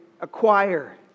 acquire